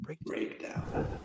breakdown